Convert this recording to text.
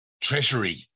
treasury